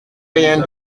rien